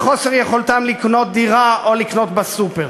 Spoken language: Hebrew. בחוסר יכולתם לקנות דירה או לקנות בסופר.